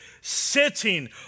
sitting